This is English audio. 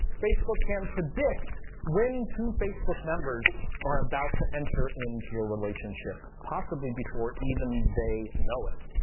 facebook can predict when two facebook members are about to enter into a relationship, possibly before even they know it,